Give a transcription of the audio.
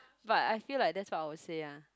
but I feel like that's what I would say ah